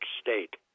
state